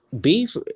beef